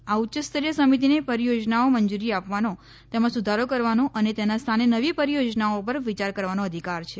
આ ઉચ્ચસ્તરિય સમિતિને પરિયોજનાઓ મંજૂરી આપવાનો તેમાં સુધારો કરવાનો અને તેના સ્થાને નવી પરિયોજનાઓ પર વિયાર કરવાનો અધિકાર છે